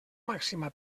màxima